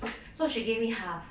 so she gave me half